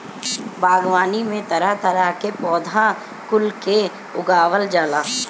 बागवानी में तरह तरह के पौधा कुल के उगावल जाला